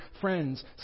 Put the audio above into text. friends